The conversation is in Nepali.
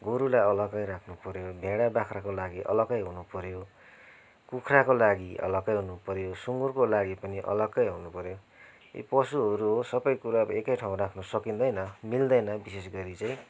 गोरूलाई अलग्गै राख्नु पऱ्यो भेडा बाख्राको लागि अलग्गै हुनु पऱ्यो कुखुराको लागि अलग्गै हुनु पऱ्यो सुँगुरको लागि पनि अलग्गै हुनु पऱ्यो यी पशुहरू हो सबै कुरा एकै ठाँउ राखिनु सकिँदैन मिल्दैन विशेष गरी चाहिँ